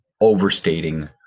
overstating